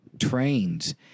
trains